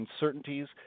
uncertainties